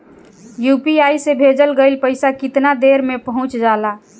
UPI से भेजल गईल पईसा कितना देर में पहुंच जाला?